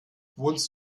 wohnst